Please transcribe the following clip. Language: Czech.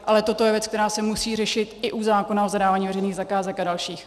Ale toto je věc, která se musí řešit i u zákona o zadávání veřejných zakázek a dalších.